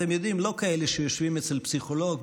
אתם יודעים הם לא כאלה שיושבים אצל פסיכולוג,